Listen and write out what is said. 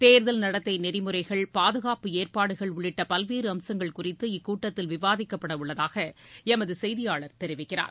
தேர்தல் நடத்தை நெறிமுறைகள் பாதுகாப்பு ஏற்பாடுகள் உள்ளிட்ட பல்வேறு அம்சங்கள் குறித்து இக்கூட்டத்தில் விவாதிக்கப்படவுள்ளதாக எமது செய்தியாளர் தெரிவிக்கிறார்